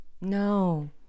No